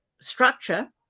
structure